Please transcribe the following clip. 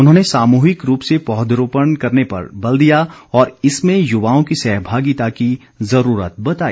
उन्होंने सामूहिक रूप से पौधरोपण करने पर बल दिया और इसमें युवाओं की सहभागिता की जरूरत बताई